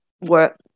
work